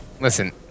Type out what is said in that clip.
Listen